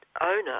owner